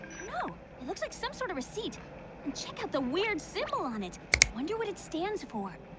no, it looks like some sort of receipt and check out the weird fiddle on it wonder what it stands for